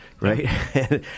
Right